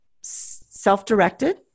self-directed